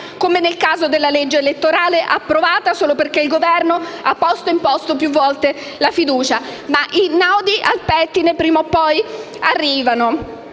come nel caso della legge elettorale, approvata solo perché il Governo ha posto più volte la fiducia. Ma i nodi prima o poi arrivano